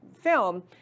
film